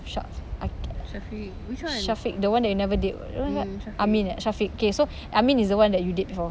sya~ a~ syafiq the one that you never date what amin syafiq okay so amin is the one you date before